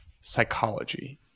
psychology